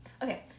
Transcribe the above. Okay